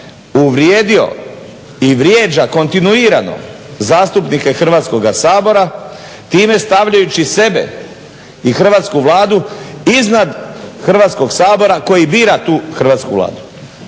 uvrijedio i vrijeđa kontinuirano zastupnike Hrvatskoga sabora time stavljajući sebe i Hrvatsku vladu iznad Hrvatskog sabora koji bira tu Hrvatsku vladu.